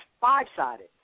five-sided